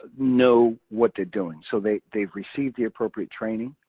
know what they're doing. so they've they've received the appropriate training,